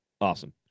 awesome